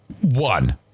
One